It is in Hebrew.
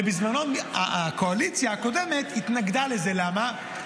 בזמנו, הקואליציה הקודמת התנגדה לזה, למה?